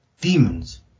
demons